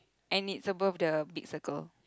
and it's above the big circle